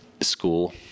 school